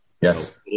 yes